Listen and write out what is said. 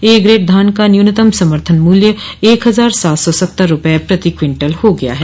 ए grade धान का न्यूनतम समर्थन मूल्य एक हजार सात सौ सत्तर रूपये प्रति क्विंटल हो गया है